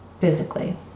physically